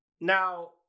Now